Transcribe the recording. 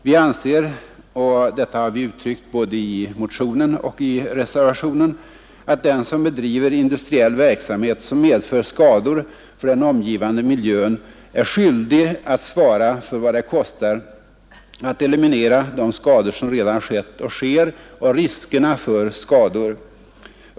Vi anser — och detta har vi uttryckt både i motionen och och i reservationen — att den som bedriver industriell verksamhet som medför skador för den omgivande miljön är skyldig att svara för vad det kostar att eliminera de skador som redan skett och sker och riskerna för skador.